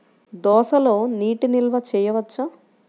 దోసలో నీటి నిల్వ చేయవచ్చా?